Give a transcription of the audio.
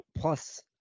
plus